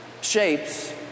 shapes